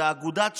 זה אגודת שיט,